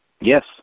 Yes